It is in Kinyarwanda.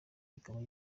ikaba